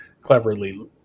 cleverly